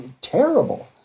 terrible